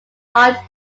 art